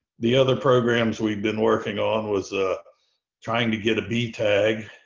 the other programs we've been working on was ah trying to get a bee tag,